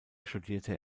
studierte